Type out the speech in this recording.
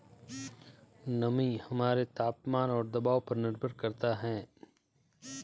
नमी हमारे तापमान और दबाव पर निर्भर करता है